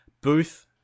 booth